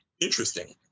interesting